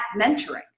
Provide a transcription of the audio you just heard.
mentoring